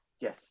Yes